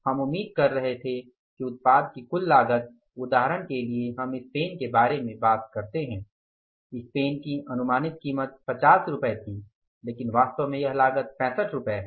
हम उम्मीद कर रहे थे कि उत्पाद की कुल लागत उदाहरण के लिए हम इस पेन के बारे में बात करते हैं इस पेन की अनुमानित कीमत पचास रुपये थी लेकिन वास्तव में यह लागत पैंसठ रुपये है